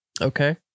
Okay